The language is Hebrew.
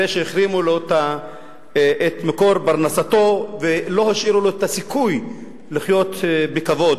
שהחרימו לו את מקור פרנסתו ולא השאירו לו את הסיכוי לחיות בכבוד,